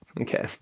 Okay